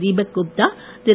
Deepak Gupta Thiru